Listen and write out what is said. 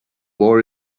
war